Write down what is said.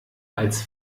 als